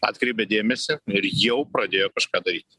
atkreipė dėmesį ir jau pradėjo kažką daryti